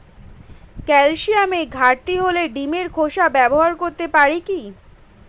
ক্যালসিয়ামের ঘাটতি হলে ডিমের খোসা ব্যবহার করতে পারি কি?